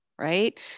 right